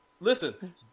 Listen